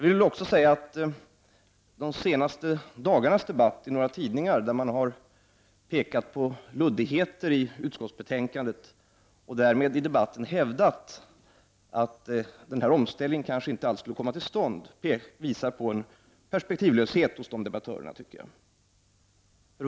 I de senaste dagarnas debatt i några tidningar har man pekat på luddigheter i utskottsbetänkandet. Man har hävdat att omställningen kanske inte alls skulle komma till stånd. Detta visar perspektivlöshet hos debattörerna, tycker jag.